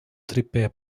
tripé